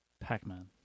Pac-Man